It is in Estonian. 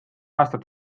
aastat